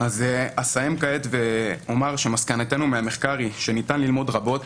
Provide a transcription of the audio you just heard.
אסיים כעת ואומר שמסקנתנו מהמחקר היא שניתן ללמוד רבות